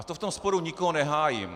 A to v tom sporu nikoho nehájím.